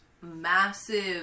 massive